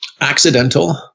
accidental